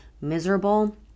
miserable